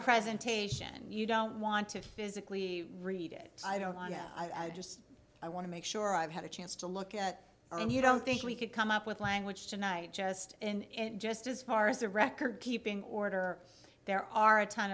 presentation you don't want to physically read it i don't want to i just i want to make sure i've had a chance to look at and you don't think we could come up with language tonight just and just as far as the record keeping order there are a ton